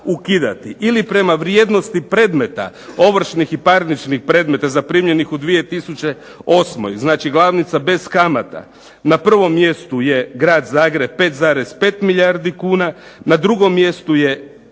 Ili prema vrijednosti predmeta, ovršnih i parničnih predmeta zaprimljenih u 2008., znači glavnica bez kamata. Na prvom mjestu je Grad Zagreb 5,5 milijardi kuna, na drugom mjestu je